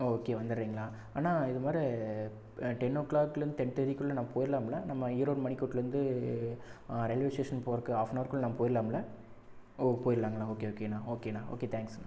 ஓ okay வந்துடுறீங்களா அண்ணா இது மாரி டென் ஓ க்ளாக்லந் டென் தேர்ட்டிக்குள்ள நான் போயிற்லாமுல்ல நம்ம ஈரோடு மணிகூண்ட்லந்து ரயில்வே ஸ்டேஷன் போகறக்கு ஆஃப் நவர்குள்ளே நான் போயிற்லாமுல்ல ஓ போயிற்லாங்களா ஓகே ஓகேணா ஓகேணா ஓகே தேங்க்ஸ்ணா